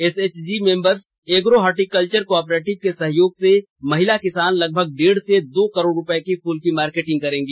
SHG members agro horticulture cooperative के सहयोग से महिला किसान लगभग डेढ़ से दो करोड़ रुपये की फूल की मार्केटिंग करेंगी